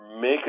make